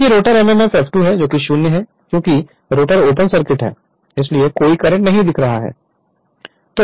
चूंकि rotor mmf F2 0 है क्योंकि रोटरओपन सर्किट है इसलिए कोई करंट नहीं दिखा रहा है